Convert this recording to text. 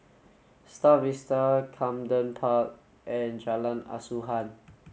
Star Vista Camden Park and Jalan Asuhan